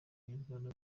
inyarwanda